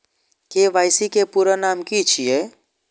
KYC के पूरा नाम की छिय?